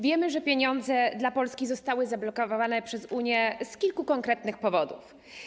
Wiemy, że pieniądze dla Polski zostały zablokowane przez Unię z kilku konkretnych powodów.